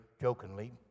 jokingly